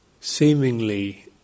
seemingly